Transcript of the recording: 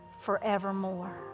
forevermore